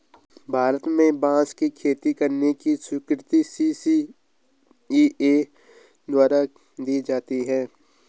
भारत में बांस की खेती करने की स्वीकृति सी.सी.इ.ए द्वारा दी जाती है